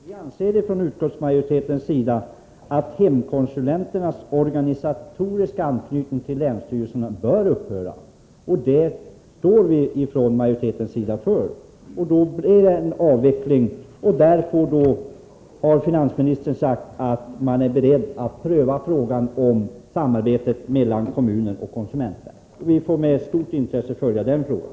Herr talman! Vi anser från utskottsmajoritetens sida att hemkonsulenternas organisatoriska anknytning till länsstyrelserna bör upphöra — och det står vi för. Då blir det en avveckling, och finansministern har sagt att man är beredd att pröva frågan om samarbetet mellan kommuner och konsumentverk. Vi får med stort intresse följa den frågan.